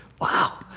wow